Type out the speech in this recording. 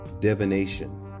Divination